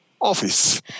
Office